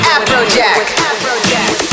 Afrojack